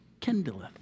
kindleth